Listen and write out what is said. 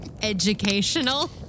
Educational